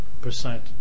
percent